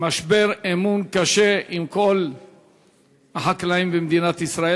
משבר אמון קשה עם כל החקלאים במדינת ישראל.